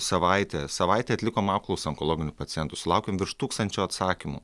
savaitę savaitę atlikom apklausą onkologinių pacientų sulaukėm virš tūkstančio atsakymų